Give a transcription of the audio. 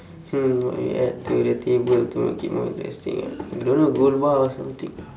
hmm what would you add to the table to make it more interesting ah don't know gold bar or something